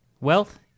Wealth